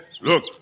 Look